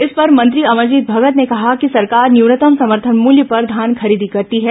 इस पर मंत्री अमरजीत भगत ने कहा कि सरकार न्यूनतम समर्थन मूल्य पर धान खरीदी करती है